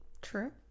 True